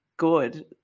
Good